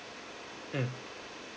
mm